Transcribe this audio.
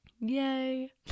Yay